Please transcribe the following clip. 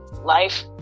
life